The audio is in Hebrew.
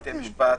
בתי המשפט,